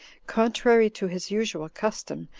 contrary to his usual custom,